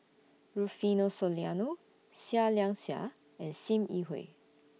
Rufino Soliano Seah Liang Seah and SIM Yi Hui